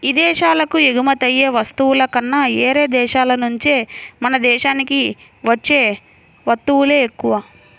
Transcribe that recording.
ఇదేశాలకు ఎగుమతయ్యే వస్తువుల కన్నా యేరే దేశాల నుంచే మన దేశానికి వచ్చే వత్తువులే ఎక్కువ